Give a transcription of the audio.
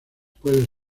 puede